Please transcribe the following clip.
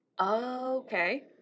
okay